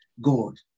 God